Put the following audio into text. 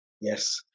Yes